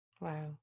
Wow